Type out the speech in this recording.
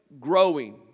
growing